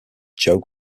joe